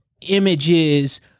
images